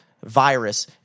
virus